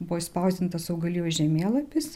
buvo išspausdintas augalijos žemėlapis